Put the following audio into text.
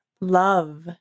Love